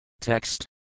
Text